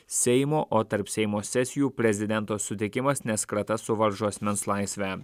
seimo o tarp seimo sesijų prezidento sutikimas nes krata suvaržo asmens laisvę